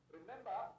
Remember